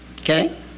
Okay